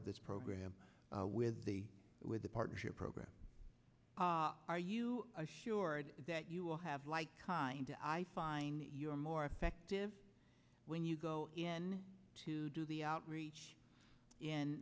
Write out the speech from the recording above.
of this program with the with the partnership program are you sure that you will have like trying to i find that you are more effective when you go in to do the outreach